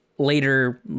later